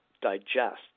digest